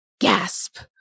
Gasp